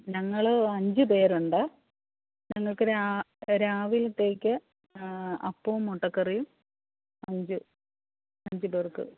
ഞങ്ങൾ അഞ്ച് പേരുണ്ട് ഞങ്ങൾക്ക് രാവിലത്തേക്ക് അപ്പവും മുട്ടക്കറിയും അഞ്ച് അഞ്ച് പേർക്ക്